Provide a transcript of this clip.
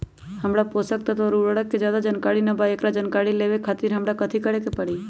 हमरा पोषक तत्व और उर्वरक के ज्यादा जानकारी ना बा एकरा जानकारी लेवे के खातिर हमरा कथी करे के पड़ी?